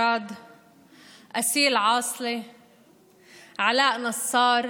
כשאתה יודע שאין את התשתיות